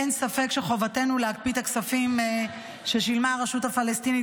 אין ספק שחובתנו להקפיא את הכספים ששילמה הרשות הפלסטינית